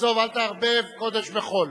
עזוב אותו, עזוב, אל תערבב קודש בחול.